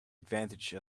advantage